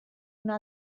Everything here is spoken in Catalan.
una